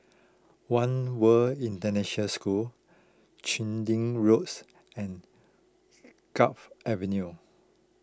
one World International School Chu Lin Road and Gul Avenue